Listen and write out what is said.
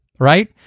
right